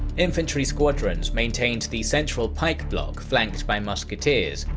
infantry squadrons maintained the central pike block flanked by musketeers,